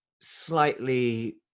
slightly